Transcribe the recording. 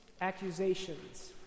accusations